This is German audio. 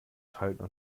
schalten